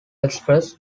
express